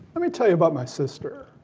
let me tell you about my sister.